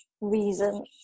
reason